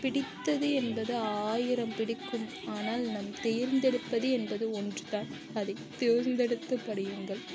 பிடித்தது என்பது ஆயிரம் பிடிக்கும் ஆனால் நம் தேர்ந்தெடுப்பது என்பது ஒன்றுதான் அதை தேர்ந்தெடுத்து படியுங்கள்